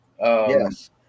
Yes